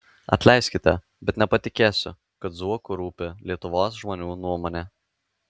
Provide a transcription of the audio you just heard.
atleiskite bet nepatikėsiu kad zuoku rūpi lietuvos žmonių nuomonė